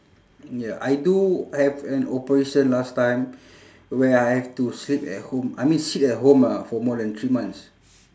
ya I do I have an operation last time where I have to sleep at home I mean sit at home ah for more than three months